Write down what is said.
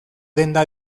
denda